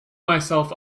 myself